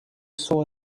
saw